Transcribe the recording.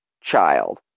child